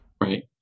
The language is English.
Right